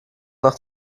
nach